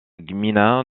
gmina